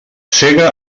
sega